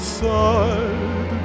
side